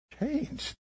changed